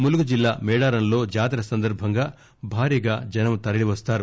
ములుగు జిల్లా మేడారంలో జాతర సందర్బంగా భారీగా జనం తరలివస్తారు